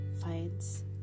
finds